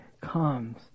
comes